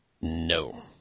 No